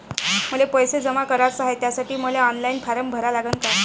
मले पैसे जमा कराच हाय, त्यासाठी मले ऑनलाईन फारम भरा लागन का?